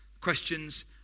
questions